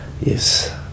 yes